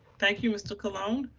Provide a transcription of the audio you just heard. thank you, mr. colon.